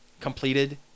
completed